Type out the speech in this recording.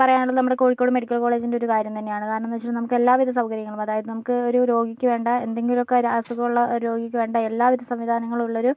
പറയാനുള്ളത് നമ്മുടെ കോഴിക്കോട് മെഡിക്കൽ കോളേജിൻ്റെ ഒരു കാര്യം തന്നെയാണ് കാരണമെന്ന് വെച്ചിട്ടുണ്ടെങ്കിൽ നമുക്ക് എല്ലാ വിധ സൗകര്യകങ്ങളും അതായത് നമക്ക് ഒരു രോഗിക്ക് വേണ്ട എന്തെങ്കിലും ഒക്കെ ഒര് അസുഖമുളള രോഗിക്ക് വേണ്ട എല്ലാ വിധ സംവിധാനങ്ങളും ഉള്ളൊരു